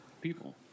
people